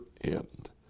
end